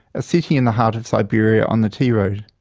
a city in the heart of siberia on the tea road.